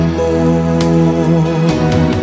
more